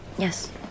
Yes